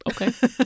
Okay